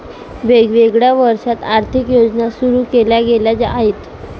वेगवेगळ्या वर्षांत आर्थिक योजना सुरू केल्या गेल्या आहेत